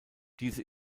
diese